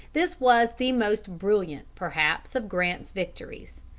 this was the most brilliant, perhaps, of grant's victories.